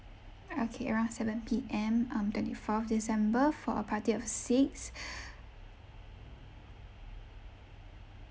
okay around seven P_M um twenty fourth december for a party of six